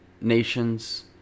nations